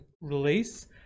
release